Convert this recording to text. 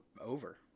over